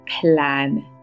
plan